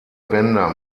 bänder